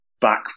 back